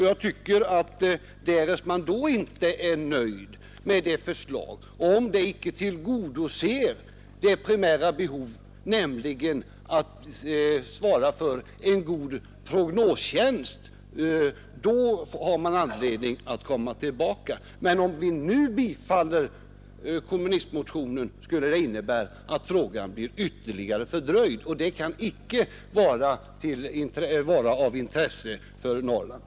Jag tycker att därest man inte är nöjd med det förslaget när det kommer och om det icke tillgodoser det primära behovet, nämligen att svara för en god prognostjänst, då har man anledning att komma tillbaka. Men om vi nu bifaller kommunistmotionen, innebär det att frågan blir ytterligare fördröjd. Det kan inte vara av intresse för Norrland.